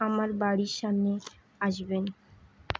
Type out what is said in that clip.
আমার বাড়ির সামনে আসবেন